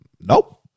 nope